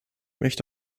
möchte